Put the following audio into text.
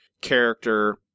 character